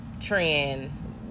trend